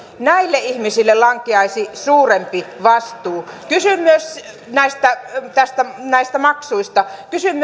näille ihmisille lankeaisi suurempi vastuu kysyn myös näistä maksuista kysyn